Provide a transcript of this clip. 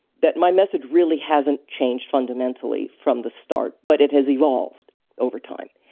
that my message really hasn't changed fundamentally from the start. but it has evolved over time.